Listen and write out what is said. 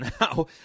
now